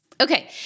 Okay